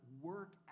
work